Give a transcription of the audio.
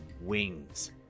wings